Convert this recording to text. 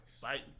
Biting